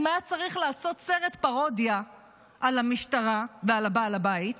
אם היה צריך לעשות סרט פרודיה על המשטרה ועל בעל הבית,